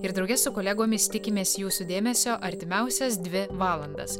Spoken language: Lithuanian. ir drauge su kolegomis tikimės jūsų dėmesio artimiausias dvi valandas